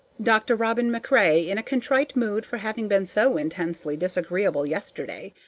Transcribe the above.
dr. robin macrae, in a contrite mood for having been so intensely disagreeable yesterday,